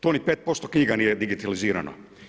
Tu ni 5% knjiga nije digitalizirano.